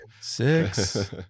six